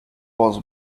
was